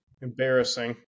Embarrassing